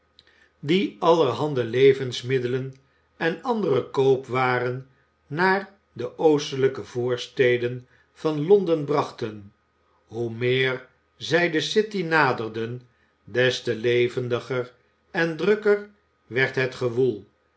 die allerhande levensmiddelen en andere koopwaren naar de oostelijke voorsteden van londen brachten hoe meer zij de city naderden des te levendiger en drukker werd het gewoel